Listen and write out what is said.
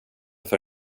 för